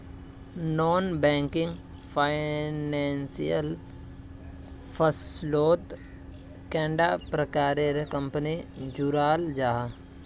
Non banking financial फसलोत कैडा प्रकारेर कंपनी जुराल जाहा?